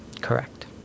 Correct